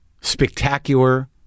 spectacular